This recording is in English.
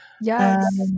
Yes